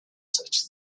such